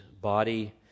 body